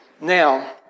now